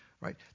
right